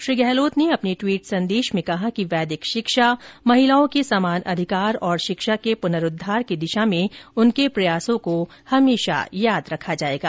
श्री गहलोत ने ट्वीट संदेश में कहा कि वैदिक शिक्षा महिलाओं के समान अधिकार और शिक्षा के पुनरूद्वार की दिशा में उनके प्रयासों को हमेशा याद रखा जाएगा